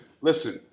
Listen